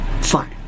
Fine